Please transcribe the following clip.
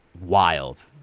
Wild